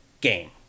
game